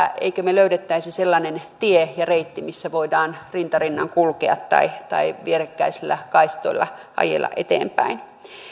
emmekö me löytäisi sellaisen tien ja reitin missä voidaan rinta rinnan kulkea tai tai vierekkäisillä kaistoilla ajella eteenpäin